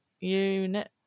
unit